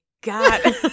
god